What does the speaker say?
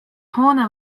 hoone